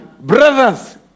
Brothers